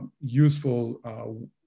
useful